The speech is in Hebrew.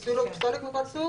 פסולת.